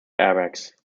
airbags